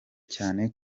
cyane